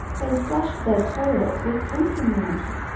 they flushed their toilets with drinking water.